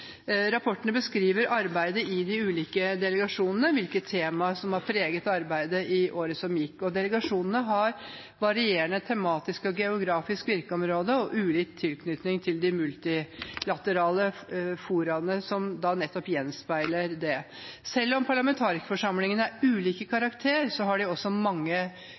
Rapportene beskriver arbeidet i de ulike delegasjonene og hvilke temaer som har preget arbeidet i året som gikk. Delegasjonene har varierende tematisk og geografisk virkeområde og ulik tilknytning til de multilaterale foraene som nettopp gjenspeiler det. Selv om parlamentarikerforsamlingene er ulike i karakter, har de også mange